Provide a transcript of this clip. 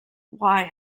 wye